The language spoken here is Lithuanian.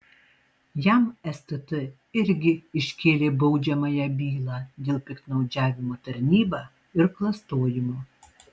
jam stt irgi iškėlė baudžiamąją bylą dėl piktnaudžiavimo tarnyba ir klastojimo